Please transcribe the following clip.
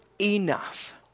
enough